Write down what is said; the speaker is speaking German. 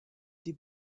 die